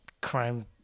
crime